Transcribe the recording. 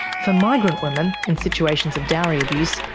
for migrant women in situations of dowry abuse,